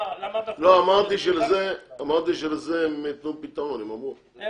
אמרתי שלזה הם יתנו פתרון, הם אמרו לזה